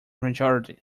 majority